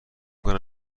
کنم